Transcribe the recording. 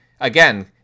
again